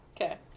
okay